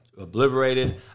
obliterated